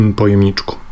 pojemniczku